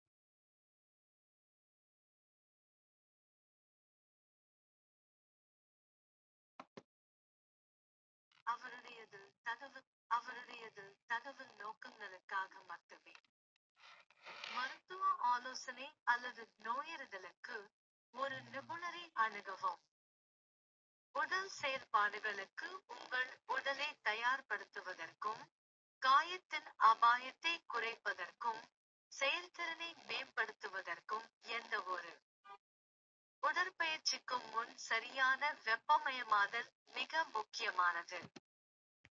அவருடையது தகவல் நோக்கங்களுக்காக மட்டுமே. மருத்துவ ஆலோசனை அல்லது நோயறிதலுக்கு, ஒரு நிபுணரை அணுகவும். உடல் செயல்பாடுகளுக்கு உங்கள் உடலைத் தயார்படுத்துவதற்கும், காயத்தின் அபாயத்தைக் குறைப்பதற்கும், செயல்திறனை மேம்படுத்துவதற்கும் எந்தவொரு. உடற்பயிற்சிக்கும் முன் சரியான வெப்பமயமாதல் மிக முக்கியமானது. இங்கே ஒரு பொதுவான வழிகாட்டுதல்: